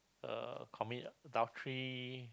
uh commit adultery